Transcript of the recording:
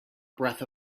breath